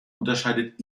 unterscheidet